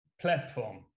platform